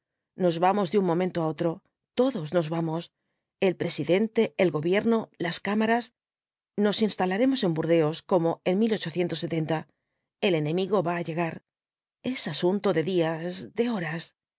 nos vamos de un momento á otro todos nos vamos el presidente el gobierno las cámaras nos instalaremos en burdeos como en el enemigo va á llegar es asunto de días de horas sabemos poco de